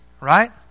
right